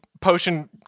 potion